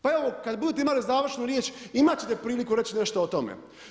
Pa evo kada budete imali završnu riječ imati ćete priliku reći nešto o tome.